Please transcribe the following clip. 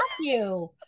Matthew